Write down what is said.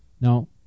Now